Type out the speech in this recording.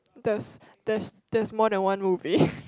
there's there's there's more than one movie